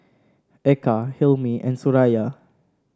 Eka Hilmi and Suraya